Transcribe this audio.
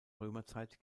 römerzeit